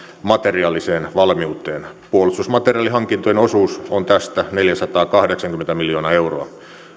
materiaaliseen valmiuteen puolustusmateriaalihankintojen osuus on tästä neljäsataakahdeksankymmentä miljoonaa euroa